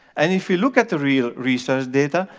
and if you look at the real research data,